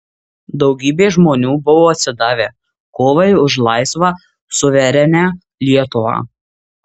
daugybė žmonių buvo atsidavę kovai už laisvą suverenią lietuvą